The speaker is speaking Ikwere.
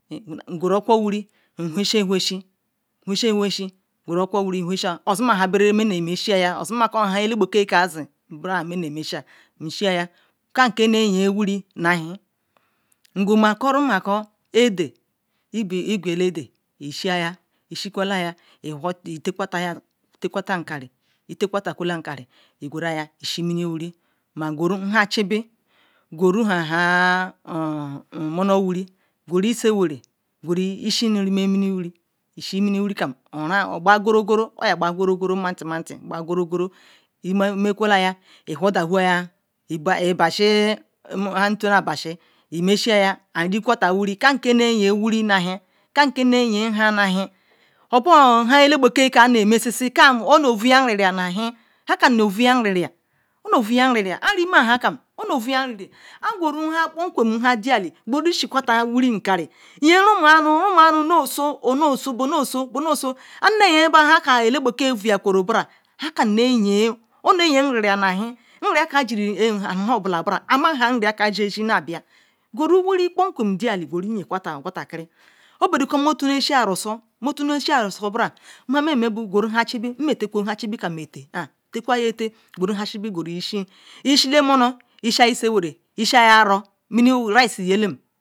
Mguru oku wiri whleshi awle shi ozoma hanbe rala me ye ymshia ozima kol han dibeke im ja kam ke na ayın nhau nu ahen nguru maka edi shiaya me shi kwela ntayal mel takwela mgurua shimini roiri nguru nhan chibi gure lsin wari nguru ma mo mor misti na mini wiri okbagorogoro oyaak-ba govogono martin mati anu basi lon chienmy-ba si kam ke. Ma-jin nu-ahen mahien obo hankameda beke nemesisi onu yoyo nriria am ahen anu rima hanleam onu yoyor nriri ane guru wiri dielifin rumin any bonoso bonuso an ha ppo kela beke gujara όποιοται niri po akin nrimi ela badon nari amahan ozi bia gure dieli kipokwem yingal fumintakiri obedikar mene shi arosi mmo gune hom chibi ham chichi nme takwa ye tal ishi siwari ishi aro ishia monor minihi rice yalam.